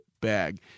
bag